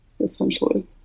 essentially